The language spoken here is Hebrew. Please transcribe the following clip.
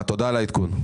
תודה על העדכון.